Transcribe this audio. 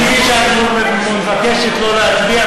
תגידי שאת מבקשת לא להצביע,